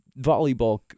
volleyball